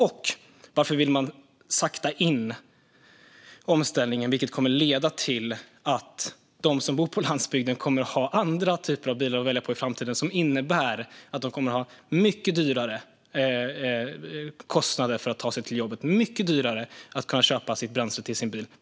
Och varför vill man sakta in omställningen, vilket kommer att leda till att de som bor på landsbygden kommer att ha andra typer av bilar att välja på i framtiden och därmed mycket större kostnader för att ta sig till jobbet och för att köpa bränsle till sin bil?